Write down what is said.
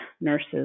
nurses